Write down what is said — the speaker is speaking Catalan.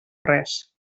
res